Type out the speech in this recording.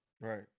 Right